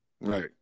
Right